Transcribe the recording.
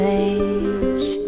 age